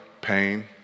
pain